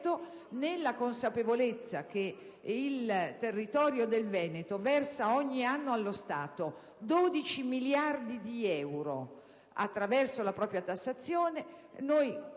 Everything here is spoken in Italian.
nella consapevolezza che il territorio del Veneto versa ogni anno allo Stato 12 miliardi di euro attraverso la propria tassazione,